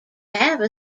have